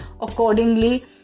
accordingly